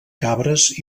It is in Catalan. cabres